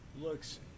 looks